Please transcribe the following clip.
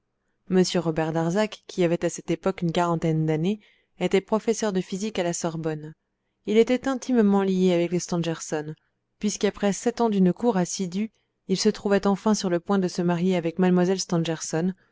robert darzac qui avait à cette époque une quarantaine d'années était professeur de physique à la sorbonne il était intimement lié avec les stangerson puisqu'après sept ans d'une cour assidue il se trouvait enfin sur le point de se marier avec mlle stangerson